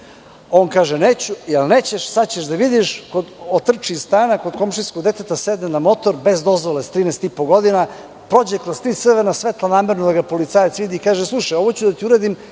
on kaže - neću, - jel nećeš, sada ćeš da vidiš. Otrči iz stana, kod komšijskog deteta sedne na motor bez dozvole, sa 13,5 godina, prođe kroz tri crvena svetla, namerno da ga policajac vidi, i kaže – slušaj ovo ću da ti uradim